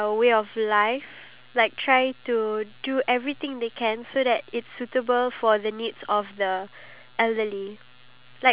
we are actually increasing the amount of spending needed in order for us to develop buildings out there in singapore